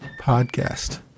podcast